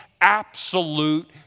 absolute